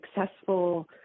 successful